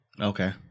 Okay